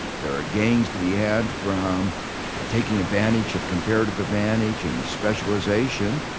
there are gains to be had from taking advantage of comparative advantage and specialization.